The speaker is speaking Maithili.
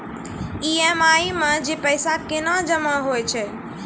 ई.एम.आई मे जे पैसा केना जमा होय छै?